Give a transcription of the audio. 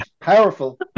powerful